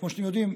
כמו שאתם יודעים,